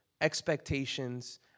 expectations